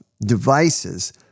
devices